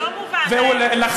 הוא לא מובן להם,